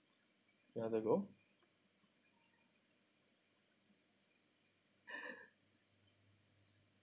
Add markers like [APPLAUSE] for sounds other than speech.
you want to go [LAUGHS]